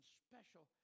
special